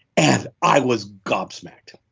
and i was gob-smacked.